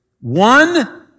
One